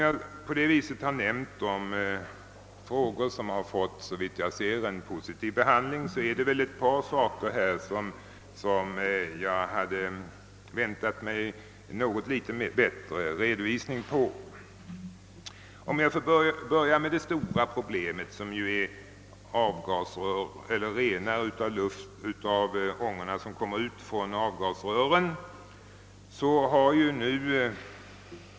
Jag har nu nämnt de frågor som fått en såvitt jag förstår positiv behandling, men det finns ett par problem beträffande vilka jag hade väntat få en något mer ingående redogörelse. Jag kan börja med det stora spörsmålet som gäller renare av ångorna från avgasrören.